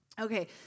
Okay